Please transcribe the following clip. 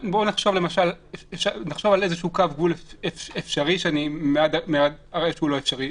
נחשוב על איזשהו קו גבול אפשרי שאני אראה שהוא לא אפשרי.